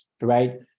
right